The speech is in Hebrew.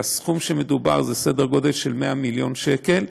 והסכום שמדובר הוא בסדר גודל של 100 מיליון שקל,